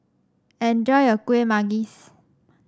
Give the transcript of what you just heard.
enjoy your Kueh Manggis